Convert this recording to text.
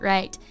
Right